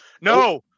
No